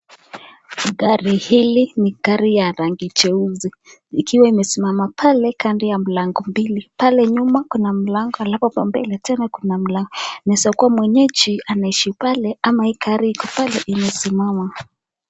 Gari hili ni gari ya rangi jeusi, ikiwa imesimama pale kando ya mlango mbili. Pale nyuma kuna mlango halafu hapa mbele tena kuna mlango, inaweza kuwa mwenyeji anaishi pale ama hii gari iko pale imesimama.